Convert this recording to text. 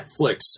Netflix